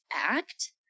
act